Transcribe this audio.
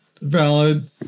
Valid